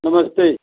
नमस्ते